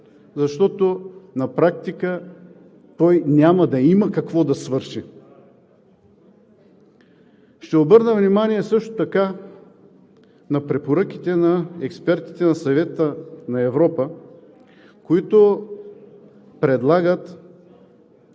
защото на практика той няма да има какво да свърши. Ще обърна внимание също така на препоръките на експертите на Съвета на Европа, които предлагат